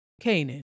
Canaan